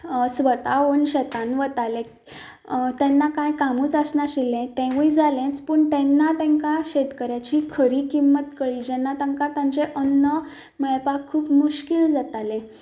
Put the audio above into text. स्वता ओन शेतान वतालें तेन्ना कांय कामूच आसना आशिल्लें तेवूंय जालेंच पूण तेन्ना तांकां शेतकऱ्याची खरी किमंत कळ्ळी जेन्ना तांकां तांचे अन्न मेळपाक खूब मुश्कील जातालें